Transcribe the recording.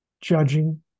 judging